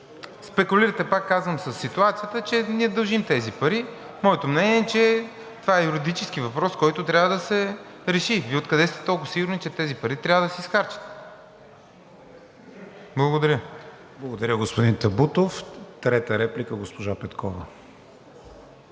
спекулирате, пак казвам, със ситуацията, че ние дължим тези пари. Моето мнение е, че това е юридически въпрос, който трябва да се реши. Вие откъде сте толкова сигурен, че тези пари трябва да се изхарчат? Благодаря. ПРЕДСЕДАТЕЛ КРИСТИАН ВИГЕНИН: Благодаря, господин Табутов. Трета реплика, госпожа Петкова.